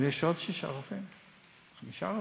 אבל יש עוד שישה רופאים, חמישה רופאים.